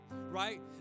right